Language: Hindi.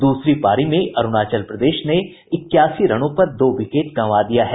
दूसरी पारी में अरूणाचल प्रदेश ने इक्यासी रनों पर दो विकेट गंवा दिया है